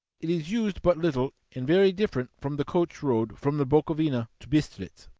it is used but little, and very different from the coach road from the bukovina to bistritz,